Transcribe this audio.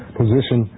position